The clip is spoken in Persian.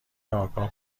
آگاه